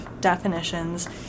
definitions